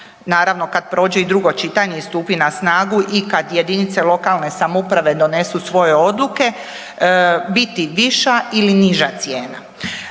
naravno kad prođe i drugo čitanje i stupi na snagu i kad jedinice lokalne samouprave donesu svoje odluke biti viša ili niža cijena.